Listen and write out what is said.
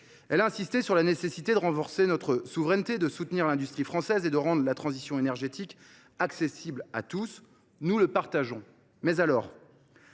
Elle a insisté sur la nécessité de renforcer notre souveraineté, de soutenir l’industrie française et de rendre la transition énergétique accessible à tous. Nous partageons cet